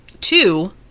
two